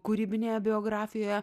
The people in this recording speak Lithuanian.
kūrybinėje biografijoje